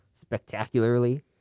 spectacularly